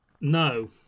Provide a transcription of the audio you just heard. No